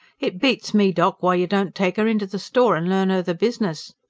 it beats me, doc, why you don't take er inter the store and learn er the bizness.